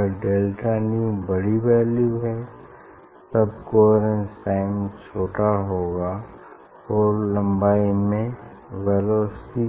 अगर delta nu बड़ी value है तब कोहेरेन्स टाइम छोटा होगा और लम्बाई में वेलोसिटी